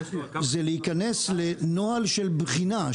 זה להיכנס לנוהל של בחינה,